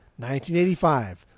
1985